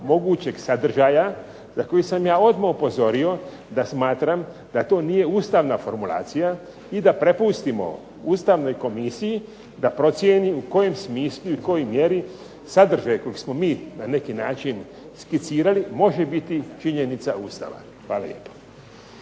mogućeg sadržaja za koji sam ja odmah upozorio da smatram da to nije ustavna formulacija i da prepustimo ustavnoj komisiji da procijeni u kojem smislu i u kojoj mjeri sadržaj kojeg smo mi na neki način skicirali može biti činjenica Ustava. Hvala lijepo.